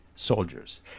soldiers